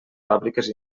fàbriques